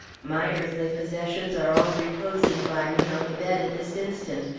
my earthly possessions are all reposing by me on the bed at this instant,